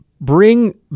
Bring